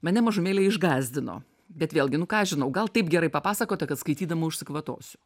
mane mažumėlę išgąsdino bet vėlgi nu ką aš žinau gal taip gerai papasakota kad skaitydama užsikvatosiu